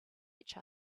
each